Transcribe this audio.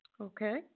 Okay